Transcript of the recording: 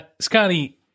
Scotty